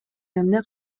эмне